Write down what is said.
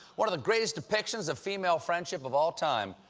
one of the greatest depictions of female friendship of all time.